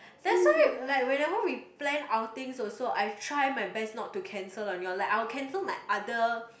that's why like whenever we plan outings also I try my best not to cancel on y'all I'll cancel like my other